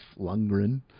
Lundgren